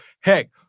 Heck